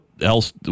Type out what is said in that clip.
else